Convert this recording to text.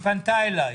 היא פנתה אליי.